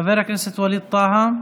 חבר הכנסת ווליד טאהא,